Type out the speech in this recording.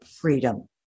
freedom